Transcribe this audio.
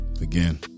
again